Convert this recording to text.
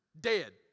dead